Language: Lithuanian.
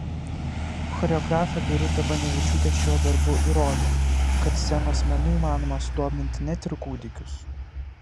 choreografė birutė banevičiūtė šiuo darbu įrodė kad scenos menu įmanoma sudominti net ir kūdikius